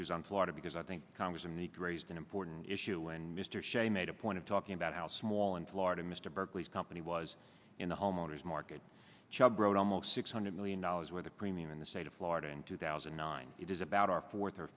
issues on florida because i think congress and the grazed an important issue and mr sze made a point of talking about how small in florida mr berkley's company was in the homeowners market chubb wrote almost six hundred million dollars with a premium in the state of florida in two thousand and nine it is about our fourth or